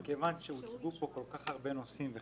מכיוון שהוצגו פה כל כך הרבה נושאים,